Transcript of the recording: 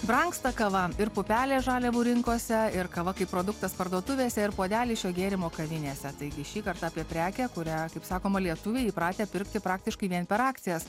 brangsta kava ir pupelės žaliavų rinkose ir kava kaip produktas parduotuvėse ir puodelis šio gėrimo kavinėse taigi šįkart apie prekę kurią kaip sakoma lietuviai įpratę pirkti praktiškai vien per akcijas